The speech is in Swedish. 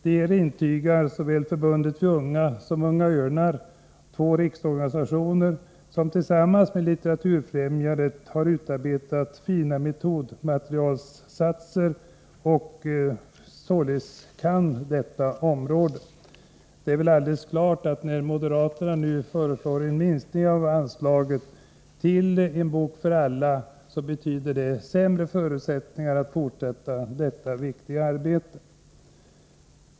Detta intygar såväl Förbundet Vi unga som Unga örnar — två riksorganisationer som tillsammans med Litteraturfrämjandet har utarbetat fina metodmaterialssatser och som behärskar detta område. Moderaternas förslag om en minskning av anslaget till En bok för alla betyder, om det skulle genomföras, sämre förutsättningar för att fortsätta detta viktiga arbete.